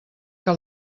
que